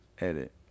edit